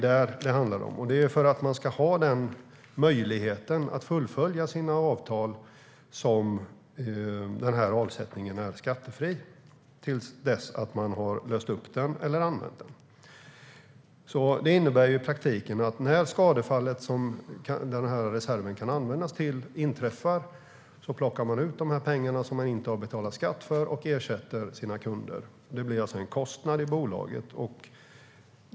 Det är för att det ska vara möjligt att fullfölja sina avtal som avsättningen är skattefri till dess den är upplöst eller har använts. Det innebär i praktiken att när skadefallet inträffar som reserven kan användas till plockas de pengar ut som man inte har betalat skatt för och ersätter kunderna. Det blir alltså en kostnad i bolaget.